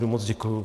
Moc děkuji.